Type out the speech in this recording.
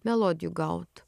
melodijų gaut